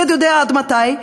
השד יודע עד מתי,